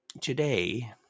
Today